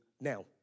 now